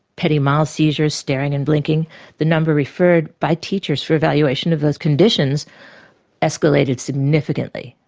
petty mal seizures, staring and blinking the number referred by teachers for evaluation of those conditions escalated significantly,